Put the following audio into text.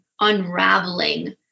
unraveling